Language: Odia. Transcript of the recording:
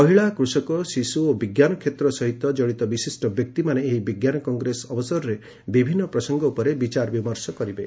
ମହିଳା କୃଷକ ଶିଶୁ ଓ ବିଜ୍ଞାନ କ୍ଷେତ୍ର ସହିତ କଡ଼ିତ ବିଶିଷ୍ଟ ବ୍ୟକ୍ତିମାନେ ଏହି ବିଜ୍ଞାନ କଂଗ୍ରେସ ଅବସରରେ ବିଭିନ୍ନ ପ୍ରସଙ୍ଗ ଉପରେ ବିଚାର ବିମର୍ଷ କରିବେ